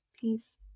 peace